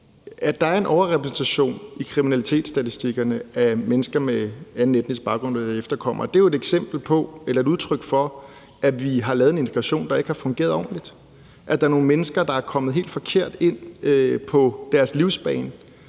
At der er en overrepræsentation i kriminalitetsstatistikkerne af mennesker med anden etnisk baggrund eller efterkommere, er jo et eksempel på eller et udtryk for, at vi har lavet en integration, der ikke har fungeret ordentligt, og at der er nogle mennesker, der er kommet helt forkert ind på deres livsbane.